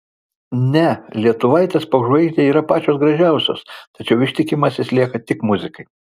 ne lietuvaitės popžvaigždei yra pačios gražiausios tačiau ištikimas jis lieka tik muzikai